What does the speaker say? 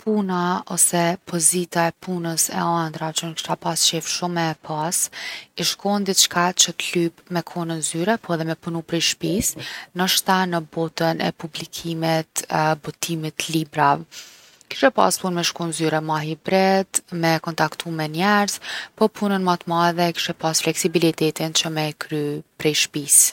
Puna ose pozita e punës e andrrave që unë kisha pas qef shumë me e pas ish kon diçka qe t’lyp me kon n’zyre po edhe me punu prej shpis. Nashta në botën e publikimit, botimit t’librave. Kishe pas punë me shky n’zyre ma hibrid, me kontaktu me njerz. Po punën ma t’madhe e kishe pas fleksibilitetin që me e kry prej shpis.